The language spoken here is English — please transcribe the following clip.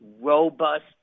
robust